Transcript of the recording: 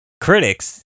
critics